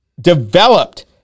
developed